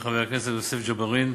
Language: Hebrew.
חברי חבר הכנסת יוסף ג'בארין,